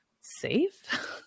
safe